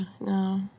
no